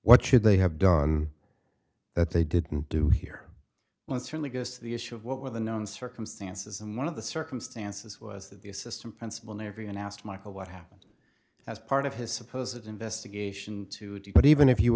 what should they have done that they didn't do here well it certainly goes to the issue of what were the known circumstances and one of the circumstances was that the assistant principal knew everyone asked michael what happened as part of his suppose it investigation to you but even if you